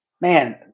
man